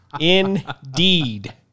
indeed